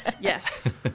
yes